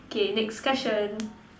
K next question